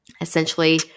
Essentially